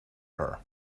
her